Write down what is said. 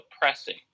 pressing